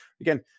again